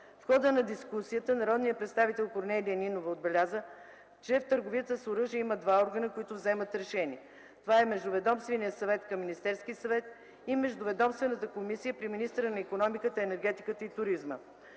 В хода на дискусията народният представител Корнелия Нинова отбеляза, че в търговията с оръжие има два органа, които вземат решения. Това са Междуведомственият съвет на Министерския съвет и Междуведомствената комисия при министъра на икономиката, енергетиката и туризма.